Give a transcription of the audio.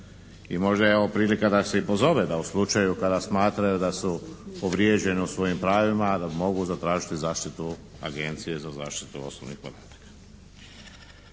i možda je ovo prilika da se i pozove da u slučaju kada smatraju da su povrijeđeni u svojim pravima da mogu zatražiti zaštitu Agencije za zaštitu osobnih podataka.